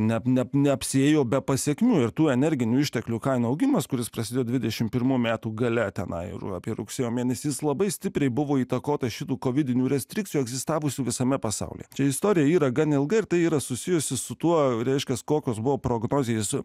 net neapsiėjo be pasekmių ir tų energinių išteklių kainų augimas kuris prasidėjo dvidešim pirmų metų gale tenai ir apie rugsėjo mėnesį jis labai stipriai buvo įtakotas šitų kovidinių restrikcinių egzistavusių visame pasaulyje čia istorija yra gan ilga ir tai yra susijusi su tuo reiškiasi kokios buvo prognozės visur